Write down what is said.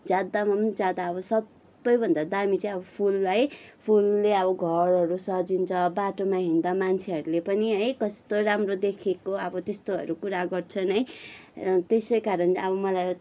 ज्यादामा पनि ज्यादा अब सबैभन्दा दामी चाहिँ अब फुल है फुलले अब घरहरू सजिन्छ बाटोमा हिँड्दा मान्छेहरूले पनि है कस्तो राम्रो देखेको अब त्येस्तोहरू कुरा गर्छन् है त्यसै कारण अब मलाई